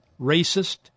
racist